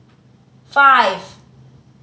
five